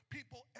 People